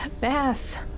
bass